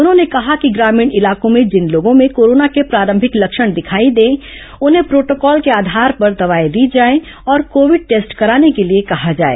उन्होंने कहा कि ग्रामीण इलाकों में जिन लोगों में कोरोना के प्रारंभिक लक्षण दिखाई दें उन्हें प्रोटोकॉल के आधार पर दवाएं दी जाए और कोविड टेस्ट कराने के लिए कहा जाए